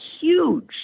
huge